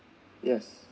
yes